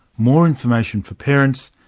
more information for parents,